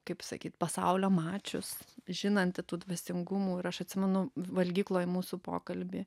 kaip sakyt pasaulio mačius žinanti tų dvasingumų ir aš atsimenu valgykloj mūsų pokalbį